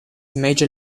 major